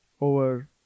over